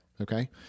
Okay